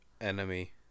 enemy